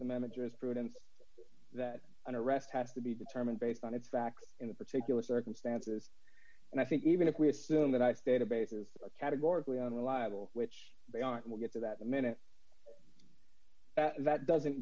the manager's prudence that an arrest has to be determined based on its back in the particular circumstances and i think even if we assume that i stated bases categorically unreliable which they aren't we'll get to that a minute that doesn't